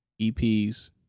EPs